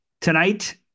tonight